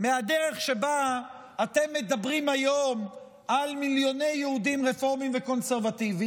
מהדרך שבה אתם מדברים היום על מיליוני יהודים רפורמיים וקונסרבטיביים.